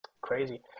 Crazy